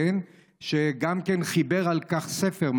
שגם חיבר על כך ספר,